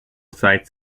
sites